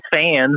fans